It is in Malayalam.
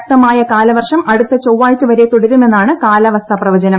ശക്തമായ കാലവർഷം അടുത്ത ചൊവ്വാഴ്ച വരെ തുടരുമെന്നാണ് കാലാവസ്ഥാ പ്രവചനം